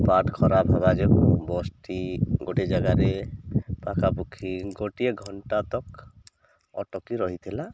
part ଖରାପ ହେବା ଯୋଗୁ ବସ୍ଟି ଗୋଟେ ଜାଗାରେ ପାଖାପାଖି ଗୋଟିଏ ଘଣ୍ଟାାତକ୍ ଅଟକି ରହିଥିଲା